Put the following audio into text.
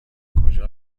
کجا